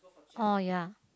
oh ya